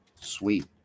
Sweet